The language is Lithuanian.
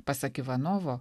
pasak ivanovo